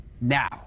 now